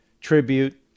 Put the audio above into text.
tribute